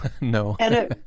No